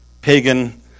pagan